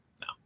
no